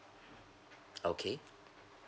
okay